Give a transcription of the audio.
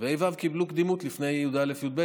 וה'-ו' קיבלו קדימות לפני י"א-י"ב,